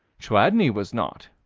chladni was not,